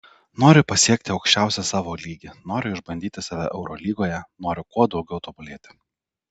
noriu pasiekti aukščiausią savo lygį noriu išbandyti save eurolygoje noriu kuo daugiau tobulėti